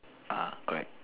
ah correct